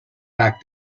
back